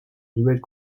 nouvelles